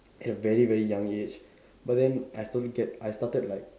at very very young age but then I slowly get I started like